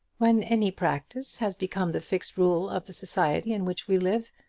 when any practice has become the fixed rule of the society in which we live,